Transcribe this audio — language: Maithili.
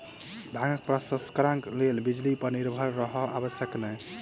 भांगक प्रसंस्करणक लेल बिजली पर निर्भर रहब आवश्यक नै